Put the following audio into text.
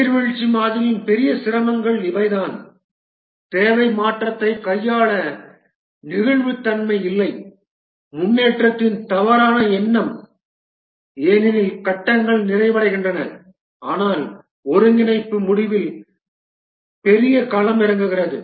நீர்வீழ்ச்சி மாதிரியின் பெரிய சிரமங்கள் இவைதான் தேவை மாற்றத்தைக் கையாள நெகிழ்வுத்தன்மை இல்லை முன்னேற்றத்தின் தவறான எண்ணம் ஏனெனில் கட்டங்கள் நிறைவடைகின்றன ஆனால் ஒருங்கிணைப்பு முடிவில் பெரிய களமிறங்குகிறது